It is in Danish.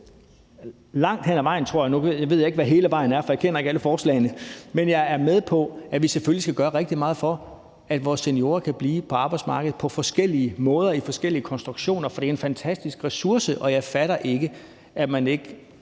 langt hen ad vejen, tror jeg; nu ved jeg ikke, hvad hele vejen er, for jeg kender ikke alle forslagene. Men jeg er med på, at vi selvfølgelig skal gøre rigtig meget, for at vores seniorer kan blive på arbejdsmarkedet på forskellige måder og i forskellige konstruktioner, for det er en fantastisk ressource. Og jeg fatter ikke, at man ikke